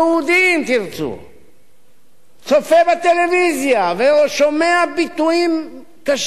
צופה בטלוויזיה ושומע ביטויים קשים ביותר על בני-אדם,